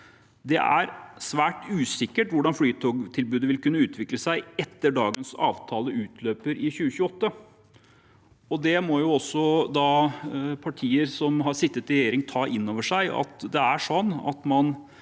Det er svært usikkert hvordan flytogtilbudet vil kunne utvikle seg etter at dagens avtale utløper i 2028. Også partier som har sittet i regjering, må ta inn over seg